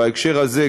בהקשר הזה,